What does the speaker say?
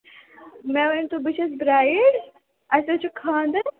مےٚ ؤنۍ تَو بہٕ چھِس برٛایِڑ اَسہِ حظ چھُ خانٛدر